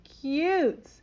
cute